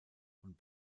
und